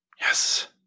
Yes